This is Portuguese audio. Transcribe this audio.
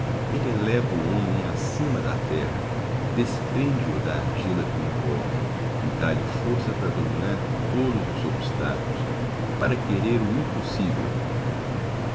ele eleva o homem acima da terra desprende o da argila que o envolve e dá-lhe força para dominar todos os obstáculos para querer o impossível